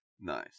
nice